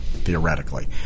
Theoretically